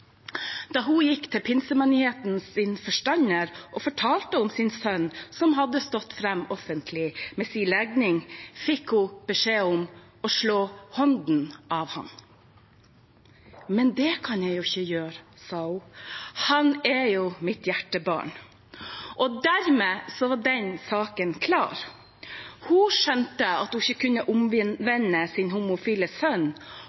Da hun gikk til pinsemenighetens forstander og fortalte om sin sønn, som hadde stått fram offentlig med sin legning, fikk hun beskjed om å slå hånden av ham. – Men det kan jeg jo ikke gjøre, sa hun. – Han er mitt hjertebarn. Dermed var den saken klar. Hun skjønte at hun ikke kunne omvende sin homofile sønn,